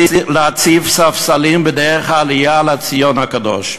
להציב ספסלים בדרך העלייה לציון הקדוש.